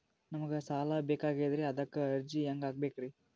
ನಮಗ ಸಾಲ ಬೇಕಾಗ್ಯದ್ರಿ ಅದಕ್ಕ ಅರ್ಜಿ ಹೆಂಗ ಹಾಕಬೇಕ್ರಿ?